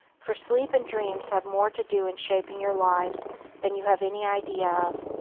for sleep and dreams have more to do in shaping your lives than you have any idea of.